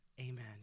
Amen